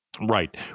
Right